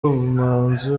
ubumanzi